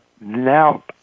now